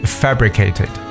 fabricated